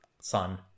sun